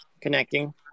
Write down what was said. connecting